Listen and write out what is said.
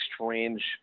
strange